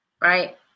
right